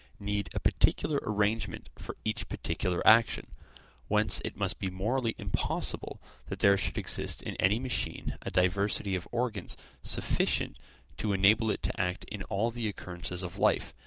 need a particular arrangement for each particular action whence it must be morally impossible that there should exist in any machine a diversity of organs sufficient to enable it to act in all the occurrences of life,